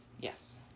Yes